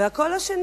וקול שני,